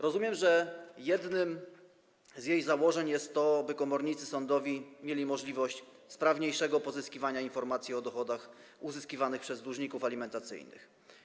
Rozumiem, że jednym z jej założeń jest to, by komornicy sądowi mieli możliwość sprawniejszego pozyskiwania informacji o dochodach uzyskiwanych przez dłużników alimentacyjnych.